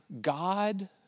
God